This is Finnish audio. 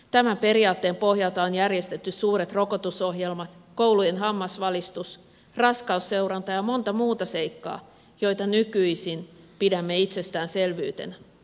tämän periaatteen pohjalta on järjestetty suuret rokotusohjelmat koulujen hammasvalistus raskausseuranta ja monta muuta seikkaa joita nykyisin pidäm me itsestäänselvyytenä